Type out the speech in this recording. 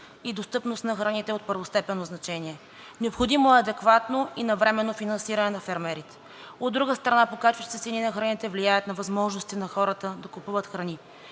и достъпност на храните, е от първостепенно значение. Необходимо е адекватно и навременно финансиране на фермерите. От друга страна, покачващите се цени на храните влияят на възможностите на хората да купуват храни